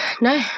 No